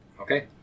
Okay